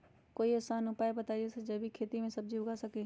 कोई आसान उपाय बताइ जे से जैविक खेती में सब्जी उगा सकीं?